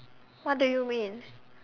what do you mean